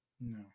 No